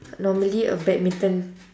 normally a badminton